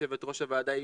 יושבת ראש הוועדה,